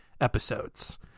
episodes